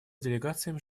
делегациям